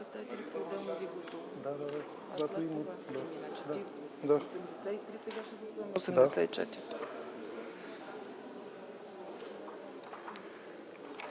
Да.